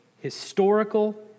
historical